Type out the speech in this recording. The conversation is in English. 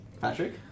Patrick